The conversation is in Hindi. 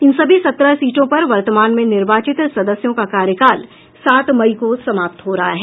इन सभी सत्रह सीटों पर वर्तमान में निर्वाचित सदस्यों का कार्यकाल सात मई को समाप्त हो रहा है